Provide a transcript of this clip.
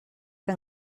que